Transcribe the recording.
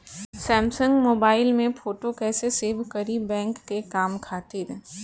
Samsung mobile में photo कैसे save करीं बैंक के काम खातिर?